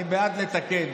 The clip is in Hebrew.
אני בעד לתקן